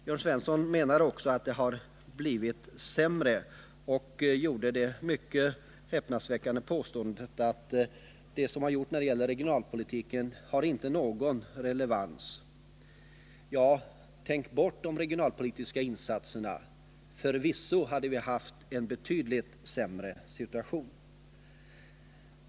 Jörn Svensson menade vidare att det har blivit sämre och gjorde det mycket häpnadsväckande påståendet att det som gjorts inom regionalpolitiken inte har någon relevans. Om man försöker tänka bort de regionalpolitiska insatserna finner man förvisso, att vi under sådana förhållanden skulle ha en betydligt sämre situation.